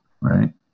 right